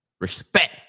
Respect